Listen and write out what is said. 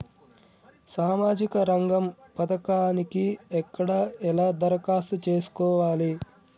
సామాజిక రంగం పథకానికి ఎక్కడ ఎలా దరఖాస్తు చేసుకోవాలి?